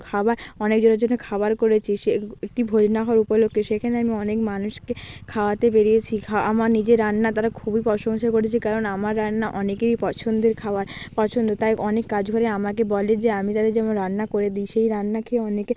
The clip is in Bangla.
খাবার অনেকজনের জন্যে খাবার করেছি সে একটি ভোজনা ঘর উপলক্ষে সেখানে আমি অনেক মানুষকে খাওয়াতে বেরিয়েছি আমার নিজের রান্না তারা খুবই প্রশংসা করেছে কারণ আমার রান্না অনেকেরই পছন্দের খাবার পছন্দ তাই অনেক কাজ হলে আমাকে বলে যে আমি তাদের যেন রান্না করে দিই সেই রান্না খেয়ে অনেকের